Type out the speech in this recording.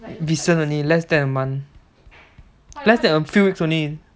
recent only less than a month less than a few weeks only